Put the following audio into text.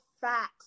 facts